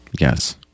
yes